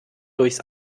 durchs